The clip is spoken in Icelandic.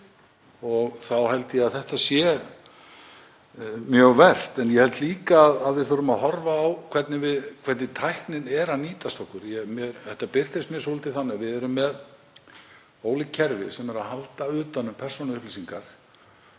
og þá held ég að þetta sé mjög vert. En ég held líka að við þurfum að horfa á hvernig tæknin er að nýtast okkur. Þetta birtist mér svolítið þannig að við erum með ólík kerfi sem halda utan um persónuupplýsingar